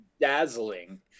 dazzling